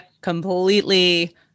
completely